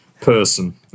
person